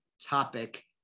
topic